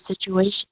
situation